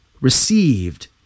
received